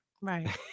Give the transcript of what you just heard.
Right